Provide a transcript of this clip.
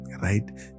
right